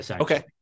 okay